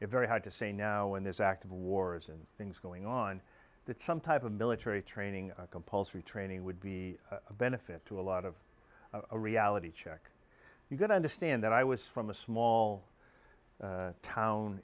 it's very hard to say now in this active wars and things going on that some type of military training compulsory training would be of benefit to a lot of a reality check you could understand that i was from a small town